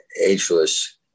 ageless